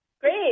Great